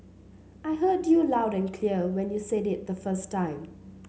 I heard you loud and clear when you said it the first time